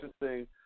interesting